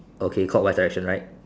okay clockwise direction right